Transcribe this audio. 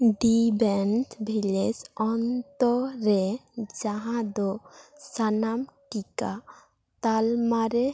ᱫᱤ ᱵᱮᱱᱛ ᱵᱷᱤᱞᱮᱡᱽ ᱚᱱᱛᱚᱨ ᱨᱮ ᱡᱟᱦᱟᱸ ᱫᱚ ᱥᱟᱱᱟᱢ ᱴᱤᱠᱟ ᱛᱟᱞᱢᱟ ᱨᱮ